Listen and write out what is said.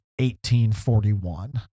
1841